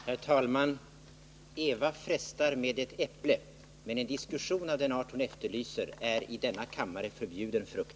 Herr talman! Eva frestar med ett äpple, men en diskussion av den art hon efterlyser är i denna kammare förbjuden frukt.